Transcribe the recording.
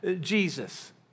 Jesus